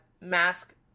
mask